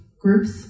groups